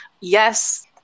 yes